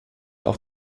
auf